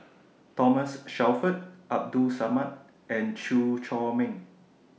Thomas Shelford Abdul Samad and Chew Chor Meng